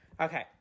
Okay